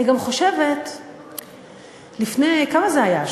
אני גם חושבת, לפני, כמה זמן זה היה?